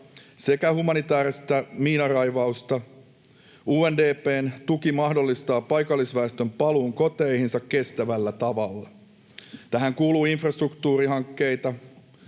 sekä humanitääristä miinanraivausta. UNDP:n tuki mahdollistaa paikallisväestön paluun koteihinsa kestävällä tavalla. Tähän kuuluu infrastruktuurihankkeita,